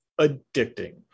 addicting